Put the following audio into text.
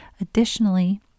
Additionally